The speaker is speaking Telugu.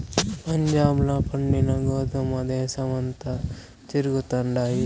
పంజాబ్ ల పండిన గోధుమల దేశమంతటా తిరుగుతండాయి